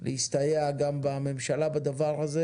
להסתייע גם בממשלה בדבר הזה